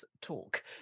talk